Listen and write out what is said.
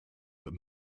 but